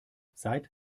seit